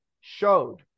showed